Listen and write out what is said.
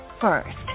first